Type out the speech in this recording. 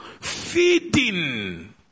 feeding